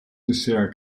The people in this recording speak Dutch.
dessert